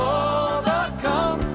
overcome